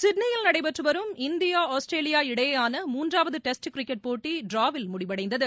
சிட்னியில் நடைபெற்று வரும் இந்தியா ஆஸ்திரேலியா இடையேயாள மூன்றாவது டெஸ்ட் கிரிக்கெட் போட்டி ட்டிராவில் முடிவடைந்தது